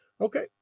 Okay